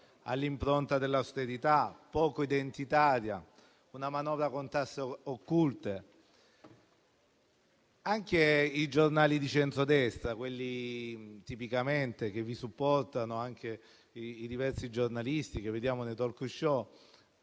all'impronta dell'austerità, poco identitaria; una manovra con tasse occulte. Anche i giornali di centrodestra, quelli che tipicamente supportano la maggioranza così come i diversi giornalisti che vediamo nei *talk show*,